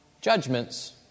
judgments